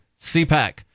CPAC